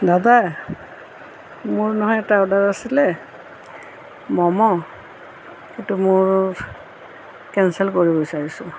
দাদা মোৰ নহয় এটা অৰ্ডাৰ আছিলে ম'ম' এইটো মোৰ কেনচেল কৰিব বিচাৰিছোঁ